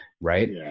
Right